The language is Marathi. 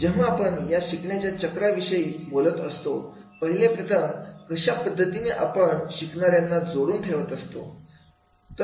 जेव्हा आपण या शिकण्याच्या चक्रा विषयी बोलत असतो पहिले प्रथम कशा पद्धतीने आपण शिकणाऱ्यांना जोडून ठेवत असतो